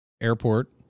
airport